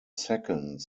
second